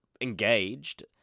engaged